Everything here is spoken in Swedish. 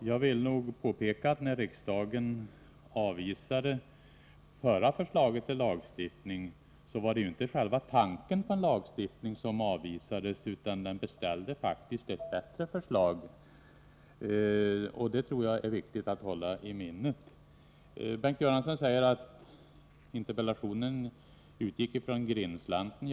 Herr talman! Jag vill påpeka att när riksdagen avvisade det förra förslaget till lagstiftning, så var det inte själva tanken på lagstiftning som avvisades, utan riksdagen beställde faktiskt ett bättre förslag. Detta tror jag är viktigt att hålla i minnet. Bengt Göransson säger att interpellationen utgår från Grindslanten.